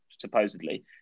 supposedly